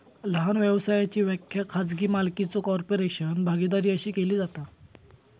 लहान व्यवसायाची व्याख्या खाजगी मालकीचो कॉर्पोरेशन, भागीदारी अशी केली जाता